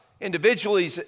individually